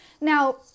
Now